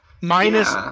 Minus